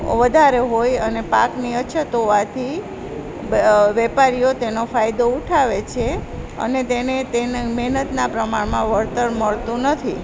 વધારે હોય અને પાકની અછત હોવાથી વેપારીઓ તેનો ફાયદો ઉઠાવે છે અને તેને તેની મહેનતના પ્રમાણમાં વળતર મળતું નથી